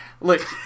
look